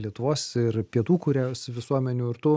lietuvos ir pietų korėjos visuomenių ir tu